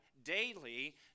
daily